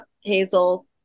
Hazel